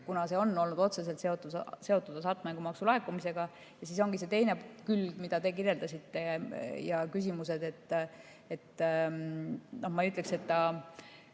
kuna see on olnud otseselt seotud hasartmängumaksu laekumisega, ja siis on see teine külg, mida te kirjeldasite, ja küsimused. Ma ei ütleks, et see